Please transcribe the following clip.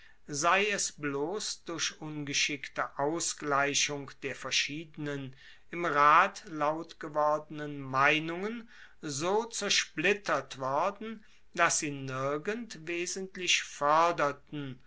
sei es bloss durch ungeschickte ausgleichung der verschiedenen im rat laut gewordenen meinungen so zersplittert worden dass sie nirgend wesentlich foerderten